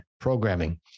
programming